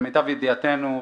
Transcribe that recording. למיטב ידיעתנו,